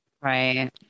Right